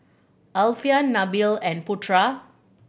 Alfian Nabil and Putra